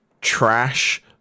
trash